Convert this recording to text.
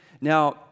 Now